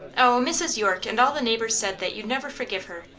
oh, mrs. york and all the neighbours said that you'd never forgive her,